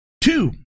Two